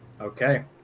Okay